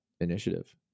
initiative